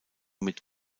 mit